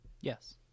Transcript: Yes